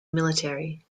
military